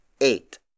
eight